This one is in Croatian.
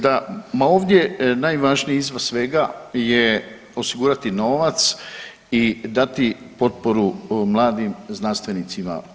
Da, ma ovdje najvažniji izvor svega je osigurati novac i dati potporu mladim znanstvenicima.